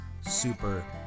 super